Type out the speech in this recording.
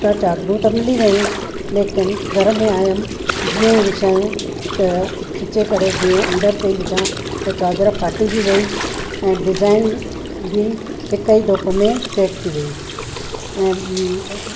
उतां चादरूं त मिली वयूं लेकिन घर में आयमि जीअं ई विछायूं त खींचे करे जीअं अंदर पई विझां त चादर फाटी बि वई ऐं डिज़ाइन बि हिकु ई धोप में फेड थी वई ऐं